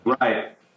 Right